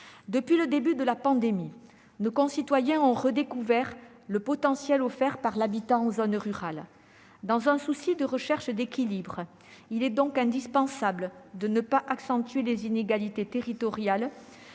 Depuis le début de la pandémie, nos concitoyens ont redécouvert le potentiel offert par l'habitat en zone rurale. Afin de parvenir à un équilibre, il est donc indispensable de ne pas accentuer les inégalités territoriales.